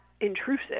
intrusive